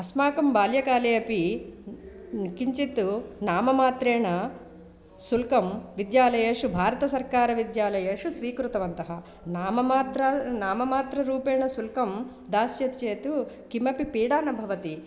अस्माकं बाल्यकाले अपि किञ्चित् तु नाम मात्रेण शुल्कं विद्यालयेषु भारतसर्वकारविद्यालयेषु स्वीकृतवन्तः नाम मात्र नाम मात्ररूपेण शुल्कं दास्यति चेत् किमपि पीडा न भवति